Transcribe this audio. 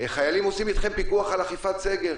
חיילים עושים אתכם פיקוח על אכיפת סגר.